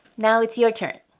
now it's your turn.